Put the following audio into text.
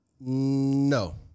No